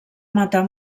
matar